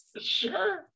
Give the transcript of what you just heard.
Sure